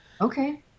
Okay